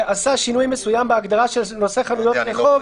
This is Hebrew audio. שעשה שינוי מסוים בהגדרה של נושא חנויות רחוב,